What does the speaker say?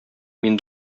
мин